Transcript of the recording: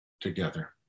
together